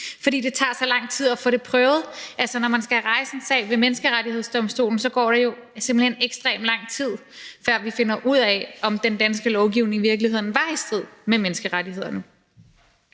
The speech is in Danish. fordi det tager så lang tid at få det prøvet. Altså, når man skal rejse en sag ved Menneskerettighedsdomstolen, går der jo simpelt hen ekstremt lang tid, før vi finder ud af, om den danske lovgivning i virkeligheden var i strid med menneskerettighederne.